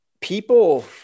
people